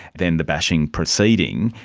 then the bashing proceeding,